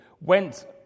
went